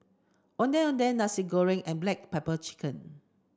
Ondeh Ondeh Nasi Goreng and black pepper chicken